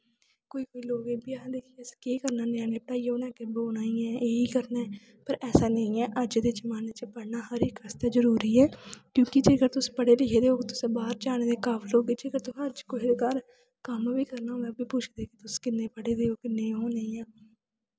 कोई कोई लोग एह् बी आखदे कि असें केह् करना ञ्यानें गी पढ़ाइयै उ'नें अग्गें ब्होना गै ऐ एह् करना पर ऐसा नेईं ऐ अज्ज दे जमान्ने च पढ़ना हर इक आस्तै जरूरी ऐ क्योंकि जेकर तुस पढ़े लिखे दे होेगे तुस बाह्र जाने दे काबल होगे जेकर तुसेे अज्ज कुसै दे घर कम्म बी करना होग ते पुछदे तुस किन्ने पढ़े दे ओ किन्ने नेईं